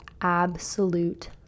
absolute